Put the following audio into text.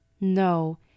No